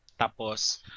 Tapos